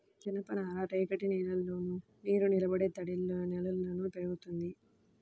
జనపనార రేగడి నేలల్లోను, నీరునిలబడే తడినేలల్లో పెరుగుతుంది